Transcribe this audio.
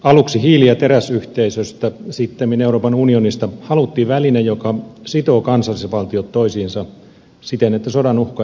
aluksi hiili ja teräsyhteisöstä sittemmin euroopan unionista haluttiin väline joka sitoo kansallisvaltiot toisiinsa siten että sodan uhka euroopassa poistuu